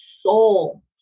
soul